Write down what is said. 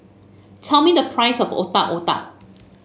tell me the price of Otak Otak